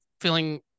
feeling